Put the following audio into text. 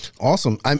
Awesome